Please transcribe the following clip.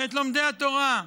את לומדי התורה,